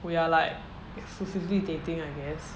we are like exclusively dating I guess